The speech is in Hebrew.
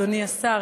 אדוני השר,